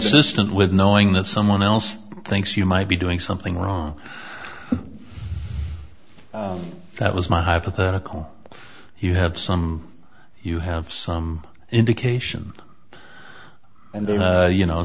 insistent with knowing that someone else thinks you might be doing something wrong that was my hypothetical you have some you have some indication and then you know